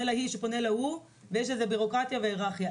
להיא שפונה להוא ויש בירוקרטיה והיררכיה.